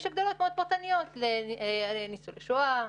יש הגדלות מאוד פרטניות לניצולי שואה,